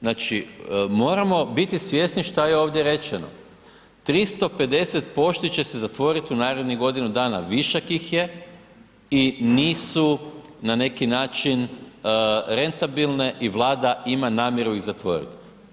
Znači, moramo biti svjesni šta je ovdje rečeno, 350 pošti će se zatvoriti u narednih godinu dana, višak ih je i nisu na neki način rentabilne i Vlada ima namjeru ih zatvorit.